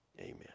Amen